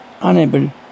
unable